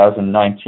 2019